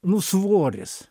nu svoris